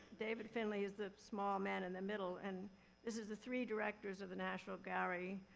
david finley is the small man in the middle and this is the three directors of the national gallery,